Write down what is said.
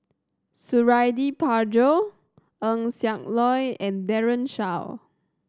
Suradi Parjo Eng Siak Loy and Daren Shiau